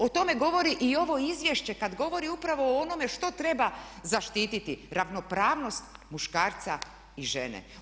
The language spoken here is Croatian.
O tome govori i ovo izvješće kad govori upravo o onome što treba zaštiti ravnopravnost muškarca i žene.